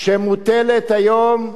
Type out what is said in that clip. שמוטלת היום בבית,